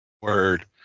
Word